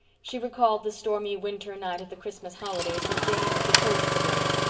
she recalled the stormy winter night of the christmas holidays when jane had proposed for billy.